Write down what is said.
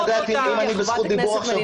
אני רוצה רק לדעת אם אני בזכות דיבור עכשיו או לא.